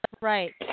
Right